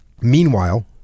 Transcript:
Meanwhile